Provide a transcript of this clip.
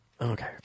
Okay